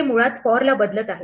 हे मुळात for ला बदलत आहे